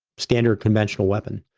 standard conventional weapon,